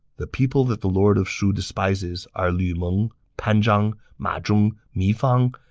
the people that the lord of shu despises are lu meng, pan zhang, ma zhong, mi fang,